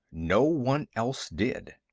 no one else did.